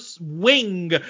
wing